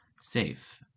safe